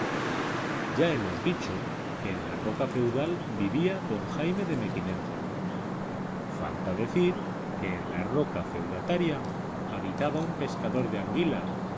ya hemos dicho que en la roca feudal vivía don jaime de mequinenza falta decir que en la roca feudataria habitaba un pescador de anguilas